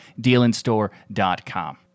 DealInStore.com